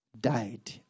died